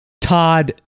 Todd